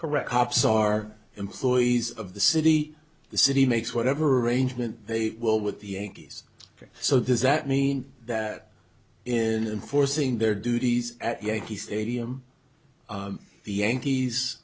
correct cops are employees of the city the city makes whatever arrangement they will with the yankees so does that mean that in forcing their duties at yankee stadium the yankees